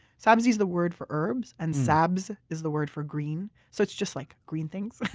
sabzi is the word for herbs, and sabz is the word for green. so, it's just like, green things.